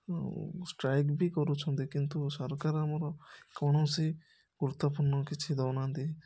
strike ବି କରୁଛନ୍ତି କିନ୍ତୁ ସରକାର ଆମର କୌଣସି ଗୁରୁତ୍ୱପୂର୍ଣ୍ଣ କିଛି ଦେଉନାହାନ୍ତି